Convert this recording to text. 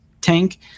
tank